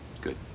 Good